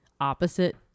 opposite